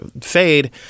fade